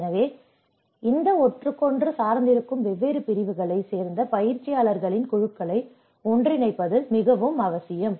எனவே இந்த ஒன்றுக்கொன்று சார்ந்திருக்கும் வெவ்வேறு பிரிவுகளை சேர்ந்த பயிற்சியாளர்களின் குழுக்களை ஒன்றிணைப்பது மிகவும் அவசியம்